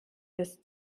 bis